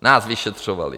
Nás vyšetřovali!